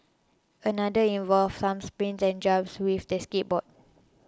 another involved some spins and jumps with the skateboard